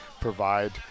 provide